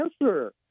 answer